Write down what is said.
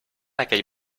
aquell